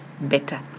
better